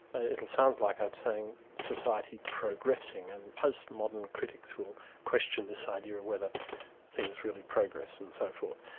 it sounds like i'm saying society progressing, and post modern critics will question this idea of whether things really progress, and so forth.